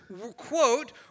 quote